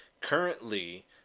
Currently